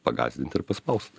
pagąsdint ir paspaust